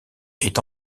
est